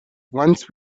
once